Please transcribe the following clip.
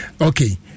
Okay